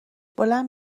بلند